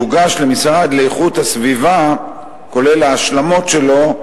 והוא הוגש למשרד לאיכות הסביבה, כולל ההשלמות שלו,